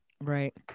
Right